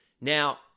Now